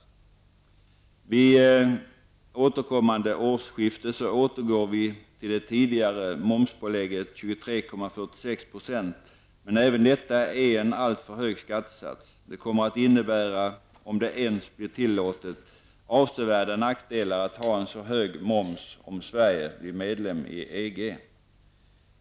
Vid kommande årsskifte återgår vi till det tidigare momspålägget 23,46 %, men även detta är en alltför hög skattesats. Det kommer att innebära, om det ens blir tillåtet, avsevärda nackdelar att ha en så hög moms om Sverige blir medlem i EG.